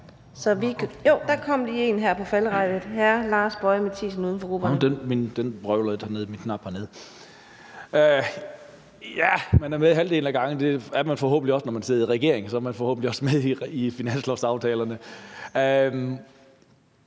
Ja, man er med halvdelen af gangene. Det er man forhåbentlig også, når man sidder